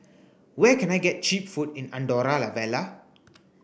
where can I get cheap food in Andorra la Vella